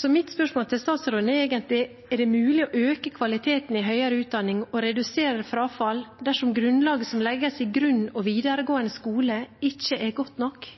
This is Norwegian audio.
Så mitt spørsmål til statsråden er egentlig: Er det mulig å øke kvaliteten i høyere utdanning og redusere frafall dersom grunnlaget som legges i grunnskole og videregående skole, ikke er godt